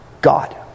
God